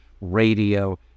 radio